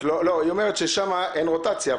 לא, היא אומרת ששם אין רוטציה.